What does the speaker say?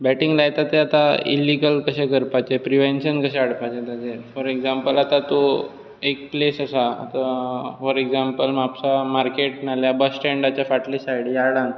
batting लायता ते आतां इलिगल कशें करपाचें प्रिवेन्शन कशें हाडपाचें ताचेर फॉर एगझांपल आतां तूं एक प्लेस आसा आतां फॉर एगझांपल म्हापसा मार्केट नाल्यार बसस्टेंडाची फाटलीं सायड यार्डान